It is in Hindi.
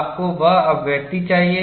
आपको वह अभिव्यक्ति चाहिए